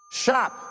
shop